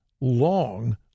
long